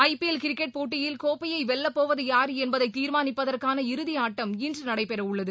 ஐ P L cricket போட்டியில் கோப்பை வெல்லப்போவது யார் என்பதை தீர்மானிப்பதற்கான இறுதி ஆட்டம் இன்று நடைபெற உள்ளது